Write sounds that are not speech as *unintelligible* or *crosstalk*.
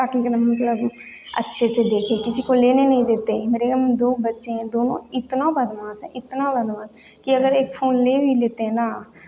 *unintelligible* मतलब अच्छे से देखें किसी को लेने नहीं देते मेरे *unintelligible* दो बच्चे हैं दोनों इतना बदमाश हैं इतना बदमा कि अगर एक फ़ोन ले भी लेते हैं ना